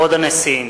כבוד הנשיאים!